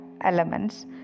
elements